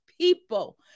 people